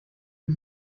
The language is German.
wie